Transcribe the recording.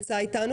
נמצא איתנו